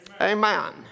Amen